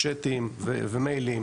צ'אטים ומיילים